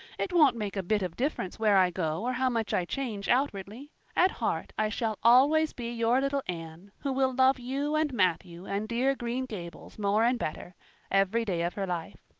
it won't make a bit of difference where i go or how much i change outwardly at heart i shall always be your little anne, who will love you and matthew and dear green gables more and better every day of her life.